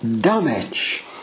damage